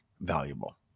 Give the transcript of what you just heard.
valuable